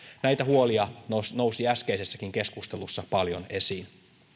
näitä huolia nousi nousi äskeisessäkin keskustelussa paljon esiin